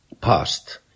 past